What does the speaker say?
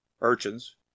urchins